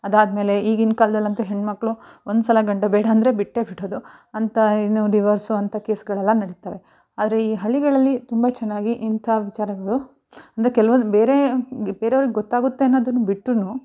ಅದಾದಮೇಲೆ ಈಗಿನ ಕಾಲ್ದಲ್ಲಂತೂ ಹೆಣ್ಣುಮಕ್ಳು ಒಂದು ಸಲ ಗಂಡ ಬೇಡ ಅಂದರೆ ಬಿಟ್ಟೇ ಬಿಡೋದು ಅಂತಾ ಇನ್ನು ಡಿವೋರ್ಸು ಅಂತ ಕೇಸುಗಳೆಲ್ಲ ನಡಿತ್ತವೆ ಆದರೆ ಈ ಹಳ್ಳಿಗಳಲ್ಲಿ ತುಂಬ ಚೆನ್ನಾಗಿ ಇಂತಹ ವಿಚಾರಗಳು ಅಂದರೆ ಕೆಲ್ವೊಂದು ಬೇರೆ ಬೇರೆಯವ್ರಿಗೆ ಗೊತ್ತಾಗುತ್ತೆ ಅನ್ನೋದನ್ನು ಬಿಟ್ಟೂ